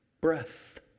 breath